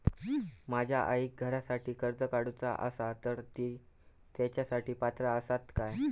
माझ्या आईक घरासाठी कर्ज काढूचा असा तर ती तेच्यासाठी पात्र असात काय?